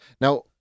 Now